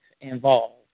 involved